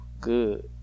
Good